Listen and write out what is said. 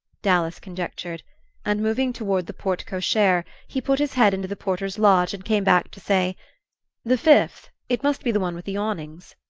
dallas conjectured and moving toward the porte-cochere he put his head into the porter's lodge, and came back to say the fifth. it must be the one with the awnings.